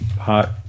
hot